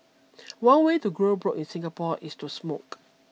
one way to go broke in Singapore is to smoke